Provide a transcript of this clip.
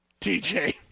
TJ